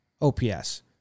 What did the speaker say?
OPS